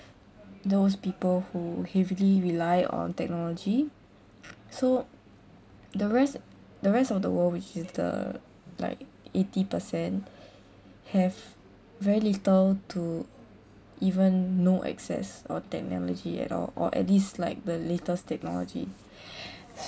those people who heavily rely on technology so the rest the rest of the world which is the like eighty percent have very little to even no access or technology at all or at least like the latest technology